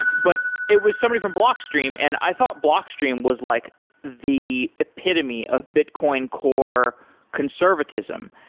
but it was somebody from blockstream, and i thought blockstream was like the epitome of bitcoin core conservatism.